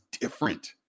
different